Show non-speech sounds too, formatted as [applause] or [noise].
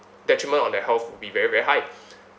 detriment on their health will be very very high [breath]